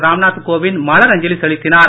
ராம்நாத் கோவிந்த் மலர் அஞ்சலி செலுத்தினார்